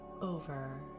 over